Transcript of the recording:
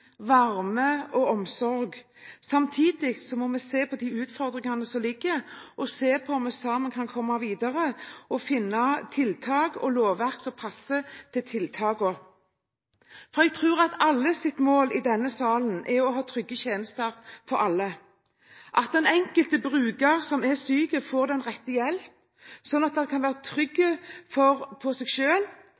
varme og omsorg. Samtidig må vi se på de utfordringene som ligger der, og se på om vi sammen kan komme videre og finne tiltak og lovverk som passer til tiltakene. Jeg tror at alles mål i denne salen er å ha trygge tjenester for alle: at den enkelte bruker som er syk, får den rette hjelp, slik at han eller hun kan være trygg og ikke være til fare for seg